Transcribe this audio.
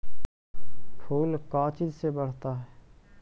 फूल का चीज से बढ़ता है?